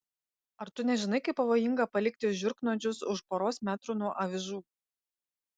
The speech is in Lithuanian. ar tu nežinai kaip pavojinga palikti žiurknuodžius už poros metrų nuo avižų